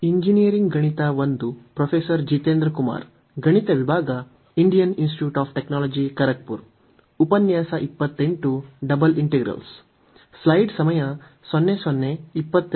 ಮತ್ತೆ ಸ್ವಾಗತ ಇದು ಉಪನ್ಯಾಸ ಸಂಖ್ಯೆ 28